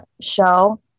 show